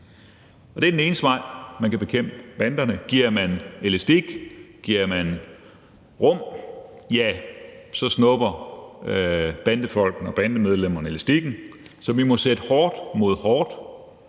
Det er den eneste vej til at bekæmpe banderne. Giver man elastik, giver man rum, så snupper bandefolkene og bandemedlemmerne elastikken, så vi må sætte hårdt mod hårdt,